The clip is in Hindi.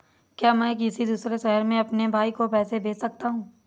क्या मैं किसी दूसरे शहर में अपने भाई को पैसे भेज सकता हूँ?